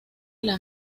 las